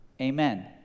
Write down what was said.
amen